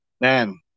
man